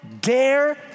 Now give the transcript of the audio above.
dare